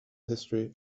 history